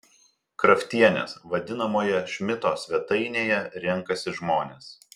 kraftienės vadinamoje šmito svetainėje renkasi žmonės